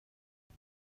det